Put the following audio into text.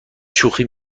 شوخی